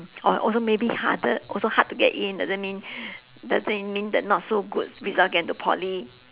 oh also maybe harder also hard to get in doesn't mean dosen't mean that not so good results get into poly